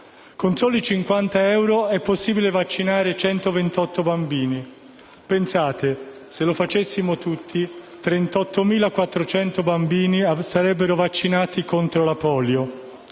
Con soli 50 euro è possibile vaccinare 128 bambini. Pensate, se lo facessimo tutti, 38.400 bambini sarebbero vaccinati contro la polio.